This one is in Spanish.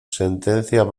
sentencia